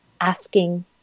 asking